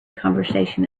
conversation